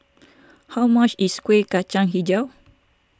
how much is Kueh Kacang HiJau